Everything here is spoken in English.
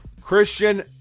Christian